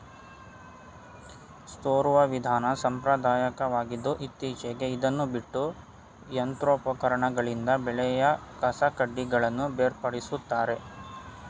ತೂರುವ ವಿಧಾನ ಸಾಂಪ್ರದಾಯಕವಾಗಿದ್ದು ಇತ್ತೀಚೆಗೆ ಇದನ್ನು ಬಿಟ್ಟು ಯಂತ್ರೋಪಕರಣಗಳಿಂದ ಬೆಳೆಯ ಕಸಕಡ್ಡಿಗಳನ್ನು ಬೇರ್ಪಡಿಸುತ್ತಾರೆ